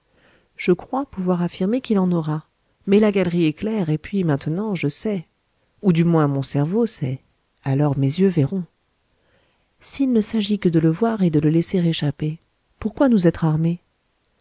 je crois pouvoir affirmer qu'il en aura mais la galerie est claire et puis maintenant je sais ou du moins mon cerveau sait alors mes yeux verront s'il ne s'agit que de le voir et de le laisser échapper pourquoi nous être armés